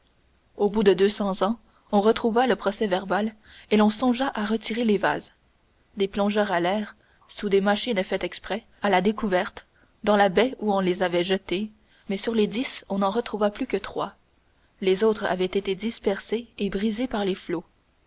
au bout de deux cents ans on retrouva le procès-verbal et l'on songea à retirer les vases des plongeurs allèrent sous des machines faites exprès à la découverte dans la baie où on les avait jetés mais sur les dix on n'en retrouva plus que trois les autres avaient été dispersés et brisés par les flots